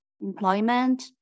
employment